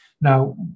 Now